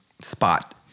spot